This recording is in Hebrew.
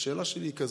השאלה שלי היא כזאת: